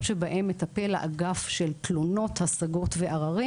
שבהן מטפל האגף של תלונות השגות ועררים.